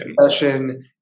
session